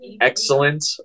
excellent